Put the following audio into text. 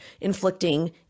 inflicting